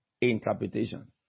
interpretation